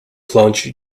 plunge